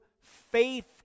faith